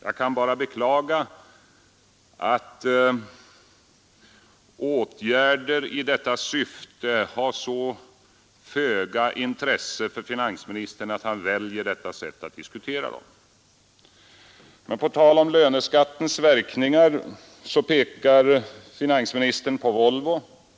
Jag kan bara beklaga att åtgärder som syftar till att skapa fler arbetstillfällen har så föga intresse för finansministern att han väljer detta sätt att diskutera dem. På tal om löneskattens verkningar pekar finansministern på Volvo.